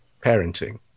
parenting